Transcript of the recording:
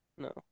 No